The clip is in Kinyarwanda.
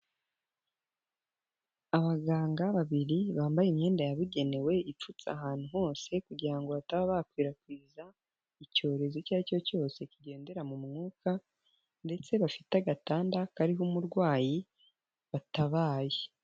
Abaganga babiri bambaye imyenda yabugenewe ipfutse ahantu hose kugira ngo bataba bakwirakwiza icyorezo icyo ari cyo cyose kigendera mu mwuka ndetse bafite agatanda kariho umurwayi batabaye.